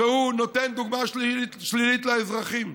והוא נותן דוגמה שלילית לאזרחים?